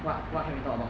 what what can we talk about